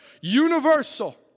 universal